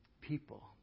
people